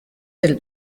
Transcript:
del